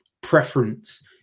preference